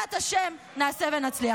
בעזרת השם, נעשה ונצליח.